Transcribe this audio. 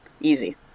Easy